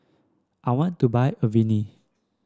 I want to buy Avene